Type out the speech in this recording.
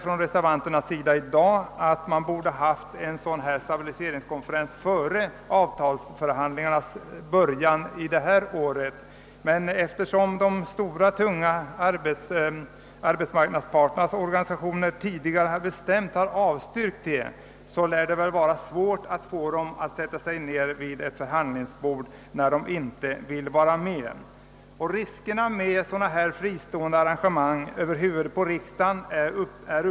Reservanterna menar i dag att en stabiliseringskonferens borde ha hållits före avtalsförhandlingarnas början detta år, men eftersom de stora och tunga arbetsmarknadsorganisationerna tidigare bestämt har avvisat tanken på sådana konferenser, lär det bli svårt att få dem att sätta sig ned vid förhandlingsbordet i detta sammanhang. Riskerna med sådana fristående arrangemang över huvudet på riksdagen är uppenbara.